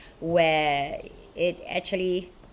where it actually